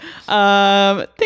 Thank